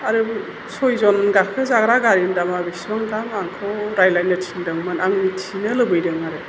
आरो सयजन गाखोजाग्रा गारिनि दामा बिसिबां दाम आंखौ रायलायनो थिनदोंमोन आं मिथिनो लुबैदों आरो